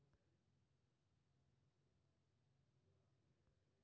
चालू खाता के वित्तीय खाता सेहो कहल जाइ छै